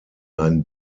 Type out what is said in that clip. ein